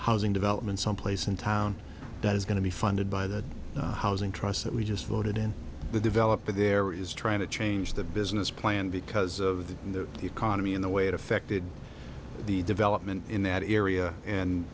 housing development some place in town that is going to be funded by the housing trust that we just floated in the developer there is trying to change the business plan because of the economy in the way it affected the development in that area and